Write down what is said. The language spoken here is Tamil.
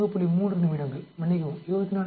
3 நிமிடங்கள் மன்னிக்கவும் 24